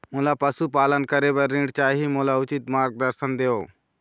मोला पशुपालन करे बर ऋण चाही, मोला उचित मार्गदर्शन देव?